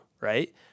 right